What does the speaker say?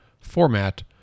format